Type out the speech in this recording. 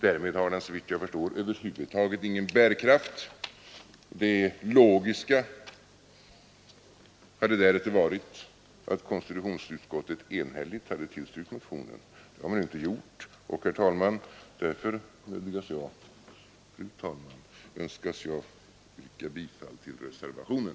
Därmed har den såvitt jag förstår över huvud taget ingen bärkraft, och det logiska hade därför varit att konstitutionsutskottet enhälligt hade tillstyrkt motionen. Det har man nu inte gjort och därför, fru talman, yrkar jag bifall till reservationen.